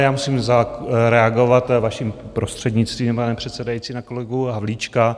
Já musím zareagovat, vaším prostřednictvím, pane předsedající, na kolegu Havlíčka.